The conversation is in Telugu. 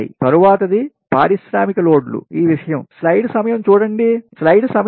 తరువాత ది పారిశ్రామిక లోడ్లు ఈ విషయం